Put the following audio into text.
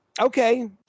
Okay